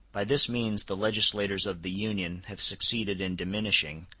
by this means the legislators of the union have succeeded in diminishing,